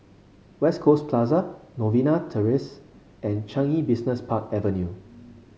West Coast Plaza Novena Terrace and Changi Business Park Avenue